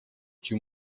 you